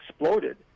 exploded